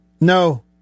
No